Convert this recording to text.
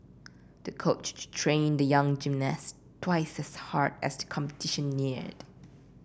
the coach trained the young gymnast twice as hard as the competition neared